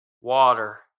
water